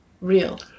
real